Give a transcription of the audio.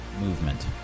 movement